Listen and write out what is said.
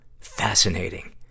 fascinating